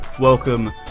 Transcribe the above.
Welcome